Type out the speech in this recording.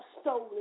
stolen